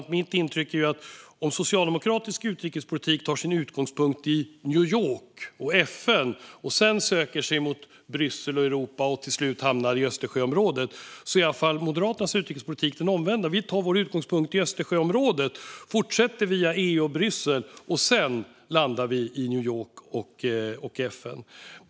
Om mitt intryck är att socialdemokratisk utrikespolitik tar sin utgångspunkt i New York och FN och sedan söker sig mot Bryssel och Europa för att till slut hamna i Östersjöområdet är åtminstone Moderaternas utrikespolitik den omvända. Vi tar vår utgångspunkt i Östersjöområdet, fortsätter via EU och Bryssel och landar sedan i New York och FN.